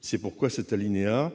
C'est pourquoi cet alinéa